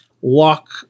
walk